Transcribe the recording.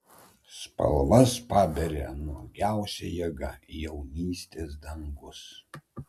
spalvas paberia nuogiausia jėga jaunystės dangus